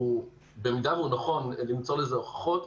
ושבמידה שהוא נכון למצוא לזה הוכחות.